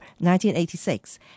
1986